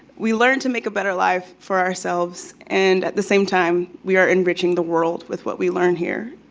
we learn to make a better life for ourselves, and at the same time, we are enriching the world with what we learn here.